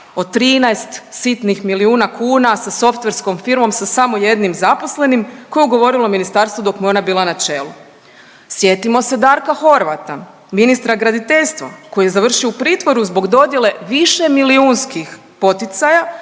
od 13 sitnih milijuna kuna sa softverskom firmom sa samo jednim zaposlenim koje je ugovorilo ministarstvo dok mu je ona bila na čelu. Sjetimo se Darka Horvata, ministra graditeljstva koji je završio u pritvoru zbog dodjele višemilijunskih poticaja